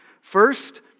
First